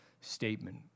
statement